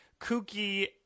kooky